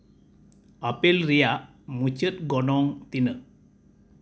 apple ᱨᱮᱭᱟᱜ ᱢᱩᱪᱟᱹᱫ ᱜᱚᱱᱚᱝ ᱛᱤᱱᱟᱹᱜ